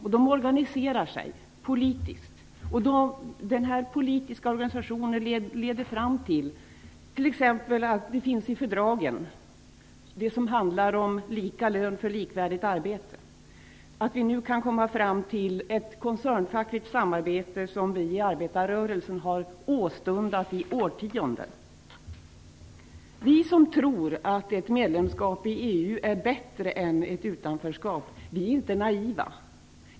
De organiserar sig politiskt. Den politiska organisationen leder fram till det som t.ex. finns i fördragen och som handlar om lika lön för likvärdigt arbete, att vi nu kan komma fram till ett koncernfackligt samarbete som vi i arbetarrörelsen har åstundat i årtionden. Vi som tror att ett medlemskap i EU är bättre än utanförskap är inte naiva.